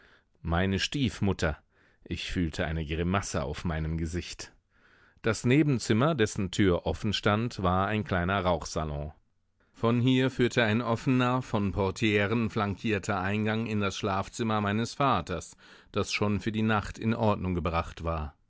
meine stiefmutter ich fühlte eine grimasse auf meinem gesicht das nebenzimmer dessen tür offen stand war ein kleiner rauchsalon von hier führte ein offener von portieren flankierter eingang in das schlafzimmer meines vaters das schon für die nacht in ordnung gebracht war